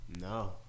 No